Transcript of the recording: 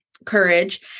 courage